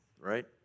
right